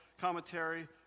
Commentary